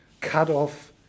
cut-off